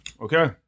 Okay